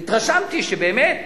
התרשמתי שבאמת,